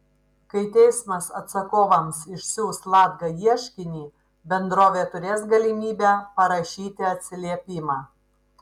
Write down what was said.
kai teismas atsakovams išsiųs latga ieškinį bendrovė turės galimybę parašyti atsiliepimą